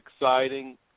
exciting